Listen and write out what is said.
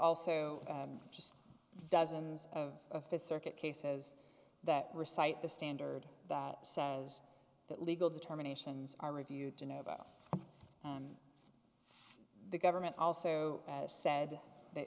also just dozens of fifth circuit cases that recite the standard that says that legal determinations are reviewed to know about the government also said that